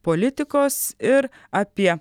politikos ir apie